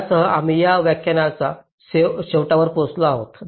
यासह आम्ही या व्याख्यानाच्या शेवटी पोहोचलो आहोत